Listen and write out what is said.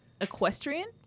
Equestrian